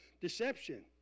deception